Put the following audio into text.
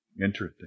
interesting